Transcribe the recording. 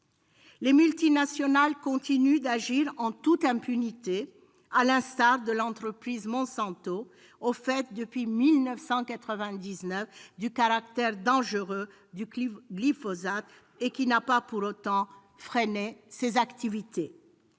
Les multinationales continuent d'agir en toute impunité : depuis 1999, l'entreprise Monsanto est au fait du caractère dangereux du glyphosate, mais elle n'a pas pour autant freiné ses activités.